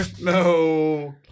No